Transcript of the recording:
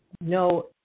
No